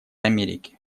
америки